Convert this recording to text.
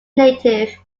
native